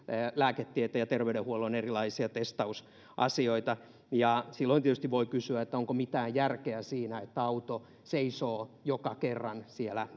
lääketieteen ja terveydenhuollon erilaisia testausasioita ja silloin tietysti voi kysyä onko mitään järkeä siinä että auto seisoo joka kerran siellä